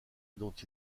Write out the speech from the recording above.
dont